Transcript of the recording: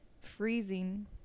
freezing